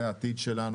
זה העתיד שלנו,